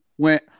went